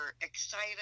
excited